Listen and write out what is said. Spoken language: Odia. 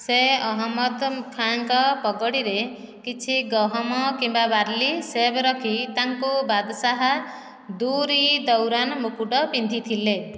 ସେ ଅହମ୍ମଦ ଖାନଙ୍କ ପଗଡିରେ କିଛି ଗହମ କିମ୍ବା ବାର୍ଲି ଶେଭ୍ ରଖି ତାଙ୍କୁ ବାଦଶାହ ଦୁର ଇ ଦୌରାନ ମୁକୁଟ ପିନ୍ଧିଥିଲେ